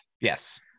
yes